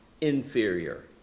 inferior